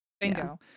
bingo